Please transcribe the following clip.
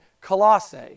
Colossae